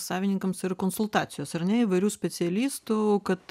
savininkams ir konsultacijos ar ne įvairių specialistų kad